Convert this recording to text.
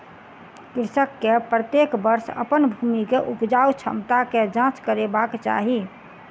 कृषक के प्रत्येक वर्ष अपन भूमि के उपजाऊ क्षमता के जांच करेबाक चाही